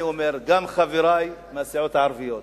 אני אומר שגם חברי מהסיעות הערביות,